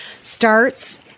starts